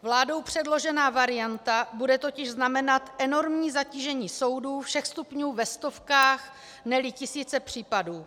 Vládou předložená varianta bude totiž znamenat enormní zatížení soudů všech stupňů ve stovkách, neli v tisících případů.